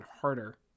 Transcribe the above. harder